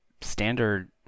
standard